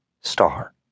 Star